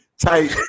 type